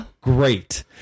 great